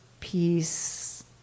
Peace